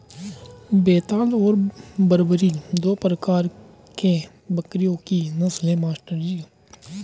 बेताल और बरबरी दो प्रकार के बकरियों की नस्ल है मास्टर जी